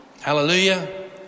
Hallelujah